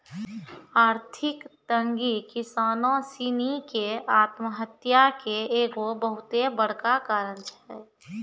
आर्थिक तंगी किसानो सिनी के आत्महत्या के एगो बहुते बड़का कारण छै